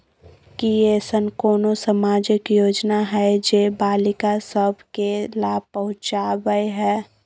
की ऐसन कोनो सामाजिक योजना हय जे बालिका सब के लाभ पहुँचाबय हय?